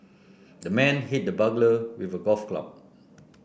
the man hit the burglar with a golf club